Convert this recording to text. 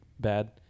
bad